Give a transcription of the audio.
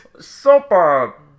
Super